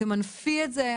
תמנפי את זה.